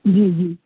جی جی